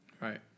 Right